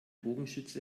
bogenschütze